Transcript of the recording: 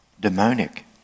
demonic